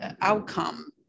outcome